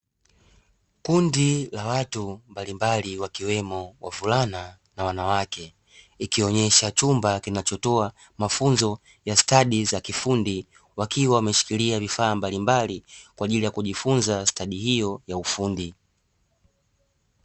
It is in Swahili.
Kundi la watu mbalimbali wakiwemo wavulana na wanawake, ikionyesha chumba kinachotoa mafunzo ya stadi za kiufundi, wakiwa wameshikilia vifaa mbalimbali kwa ajili ya kujifunza stadi hiyo ya ufundi.